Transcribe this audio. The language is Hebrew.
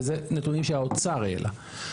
וזה נתונים שהאוצר העלה.